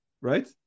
right